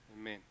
Amen